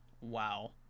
Wow